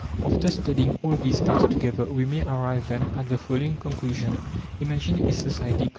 after studying all these facts together, we may arrive, then, at the following conclusion imagine a society,